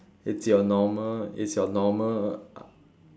it's your normal it's your normal